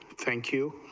thank you,